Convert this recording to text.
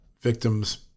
victims